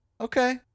Okay